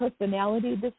personality